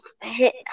hit